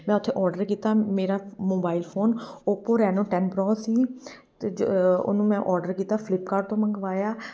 ਮੈਂ ਉੱਥੇ ਔਡਰ ਕੀਤਾ ਮੇਰਾ mobile phone Oppo Reno ten Pro ਸੀ ਅਤੇ ਉਹਨੂੰ ਮੈਂ ਔਡਰ ਕੀਤਾ ਫਲਿੱਪਕਾਟ ਤੋਂ ਮੰਗਵਾਇਆ